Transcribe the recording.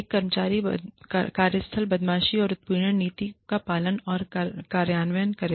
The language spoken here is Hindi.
एक कार्यस्थल बदमाशी और उत्पीड़न नीति का पालन और कार्यान्वयन करें